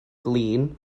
glin